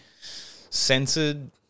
censored